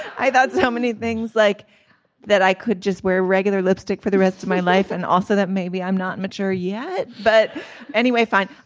i thought so many things like that i could just wear regular lipstick for the rest of my life and also that maybe i'm not mature yet but anyway fine.